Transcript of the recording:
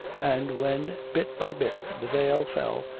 and when, bit by bit, the veil fell,